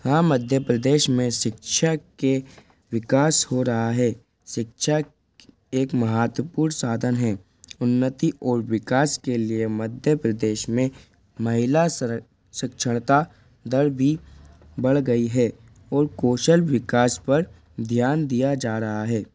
हाँ मध्य प्रदेश में शिक्षा के विकास हो रहा है शिक्षक एक महत्वपूर्ण साधन है उन्नति और विकास के लिए मध्य प्रदेश में महिला साक्षरता दर भी बढ़ गई है और कौशल विकास पर ध्यान दिया जा रहा है